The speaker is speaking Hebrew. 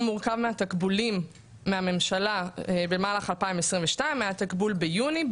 הוא מורכב מהתקבולים מהממשלה במהלך 2022. היה תקבול ביוני,